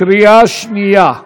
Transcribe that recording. קריאה שנייה.